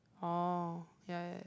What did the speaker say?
oh ya ya